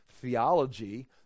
theology